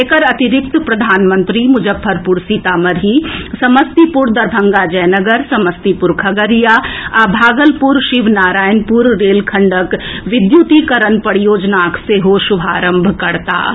एकर अतिरिक्त प्रधानमंत्री मुजफ्फरपुर सीतामढ़ी समस्तीपुर दरभंगा जयनगर समस्तीपुर खगड़िया आ भागलपुर शिवनारायणपुर रेलखंडक विद्युतीकरण परियोजनाक सेहो शुभारंभ करताह